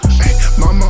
Mama